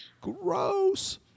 gross